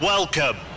Welcome